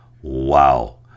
Wow